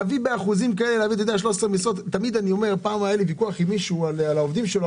פעם היה לי ויכוח עם מישהו על העובדים שלו.